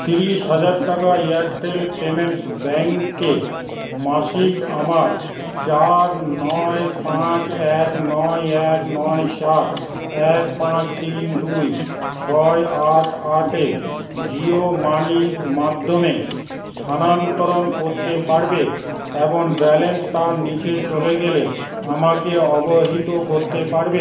তিরিশ হাজার টাকা এয়ারটেল পেমেন্টস ব্যাঙ্কে মাসিক আমার চার নয় পাঁচ এক নয় এক নয় সাত এক পাঁচ তিন দুই ছয় আট আট এ জিও মানির মাধ্যমে স্থানান্তরিত করতে পারবে এবং ব্যালেন্স তার নিচে চলে গেলে আমাকে অবহিত করতে পারবে